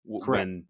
Correct